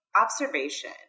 observation